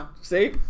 See